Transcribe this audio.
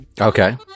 Okay